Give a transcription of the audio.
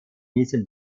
diesem